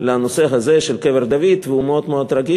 לנושא הזה של קבר דוד והוא מאוד מאוד רגיש?